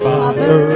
Father